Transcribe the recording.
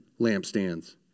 lampstands